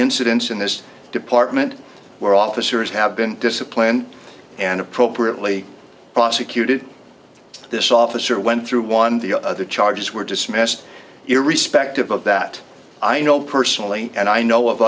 incidents in this department where officers have been disciplined and appropriately prosecuted this officer went through one the other charges were dismissed irrespective of that i know personally and i know of